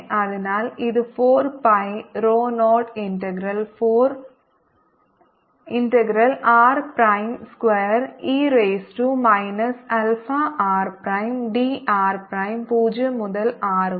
അതിനാൽ ഇത് 4 pi rho 0 integral r prime square e raise to minus alpha r prime d r prime 0 മുതൽ r വരെ